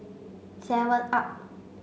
seven up